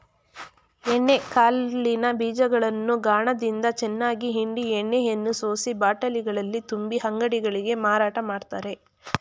ಎಣ್ಣೆ ಕಾಳಿನ ಬೀಜಗಳನ್ನು ಗಾಣದಿಂದ ಚೆನ್ನಾಗಿ ಹಿಂಡಿ ಎಣ್ಣೆಯನ್ನು ಸೋಸಿ ಬಾಟಲಿಗಳಲ್ಲಿ ತುಂಬಿ ಅಂಗಡಿಗಳಿಗೆ ಮಾರಾಟ ಮಾಡ್ತರೆ